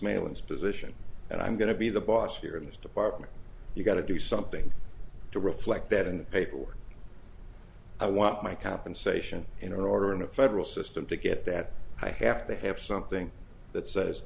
mailis position and i'm going to be the boss here in this department you've got to do something to reflect that and pay for i want my compensation in order in a federal system to get that i have to have something that says